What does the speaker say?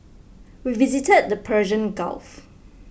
we visited the Persian Gulf